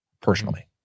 personally